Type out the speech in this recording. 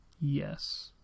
Yes